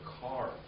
car